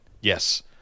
Yes